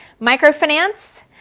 microfinance